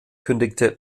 kündigte